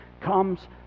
comes